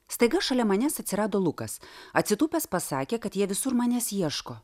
staiga šalia manęs atsirado lukas atsitūpęs pasakė kad jie visur manęs ieško